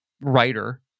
writer